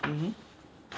mmhmm